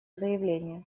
заявление